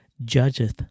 judgeth